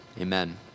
Amen